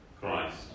Christ